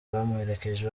bamuherekeje